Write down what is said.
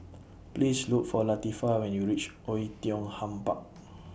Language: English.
Please Look For Latifah when YOU REACH Oei Tiong Ham Park